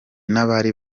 n’abari